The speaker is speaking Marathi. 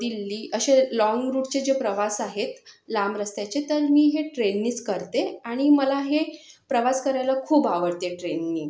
दिल्ली असे लॉंग रूटचे जे प्रवास आहेत लांब रस्त्याचे तर मी हे ट्रेननेच करते आणि मला हे प्रवास करायला खूप आवडते ट्रेनने